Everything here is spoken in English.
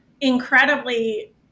incredibly